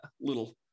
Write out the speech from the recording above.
little